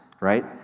right